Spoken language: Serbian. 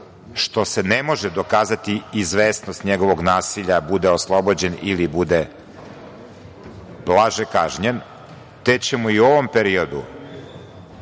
što se ne može dokazati izvesnost njegovog nasilja bude oslobođen ili bude blaže kažnjen, te ćemo i u ovom periodu